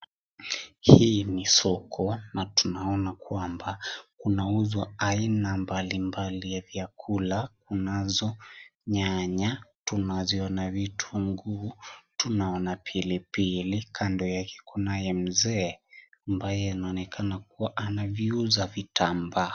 Hii ni soko, na tunaona kwamba, kunauzwa aina mbali mbali vya kula, kunazo nyanya, tunaziona vitunguu, tunaona pilipili, kando yake kunaye mzee ambaye anaonekana kuwa anaviuza vitambaa.